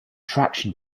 traction